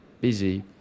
busy